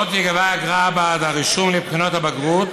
לא תיגבה ממנו אגרה בעד הרישום לבחינות הבגרות